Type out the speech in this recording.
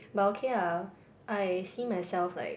but okay lah I see myself like